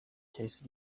cyahise